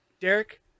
Derek